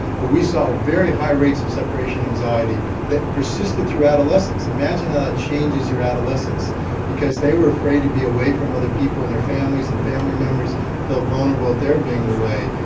but we saw very high rates of separation anxiety that persisted through adolescence. imagine how that changes your adolescence because they were afraid to be away from other people and their families and family members felt vulnerable at their being away.